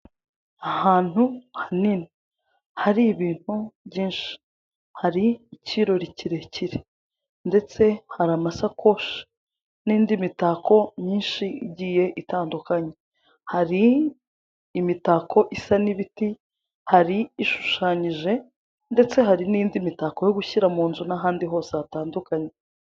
Ahantu hanini, hari ibintu byinshi, hari ikirori kirekire ndetse hari amashakoshi n'indi mitako myinshi igiye itandukanye. Hari imitako isa n'ibiti, hari ishushanyije ndetse hari n'indi mitako yo gushyira mu nzu n'ahandi hose hatandukanye.